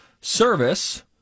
service